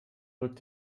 rückt